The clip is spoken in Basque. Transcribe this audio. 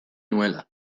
nuela